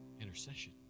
intercession